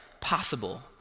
possible